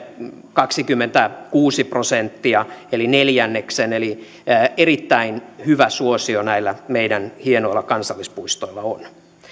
kaksikymmentäkuusi prosenttia eli neljänneksen eli erittäin hyvä suosio näillä meidän hienoilla kansallispuistoilla on